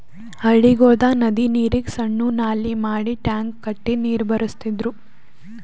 ಹಳ್ಳಿಗೊಳ್ದಾಗ್ ನದಿ ನೀರಿಗ್ ಸಣ್ಣು ನಾಲಿ ಮಾಡಿ ಟ್ಯಾಂಕ್ ಕಟ್ಟಿ ನೀರ್ ಬಳಸ್ತಿದ್ರು